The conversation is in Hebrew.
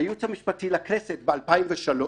הייעוץ המשפטי לכנסת ב-2013,